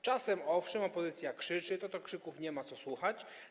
Czasem, owszem, opozycja krzyczy, to krzyków nie ma co słuchać.